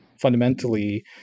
fundamentally